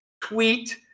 tweet